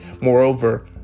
Moreover